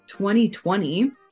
2020